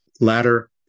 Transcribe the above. latter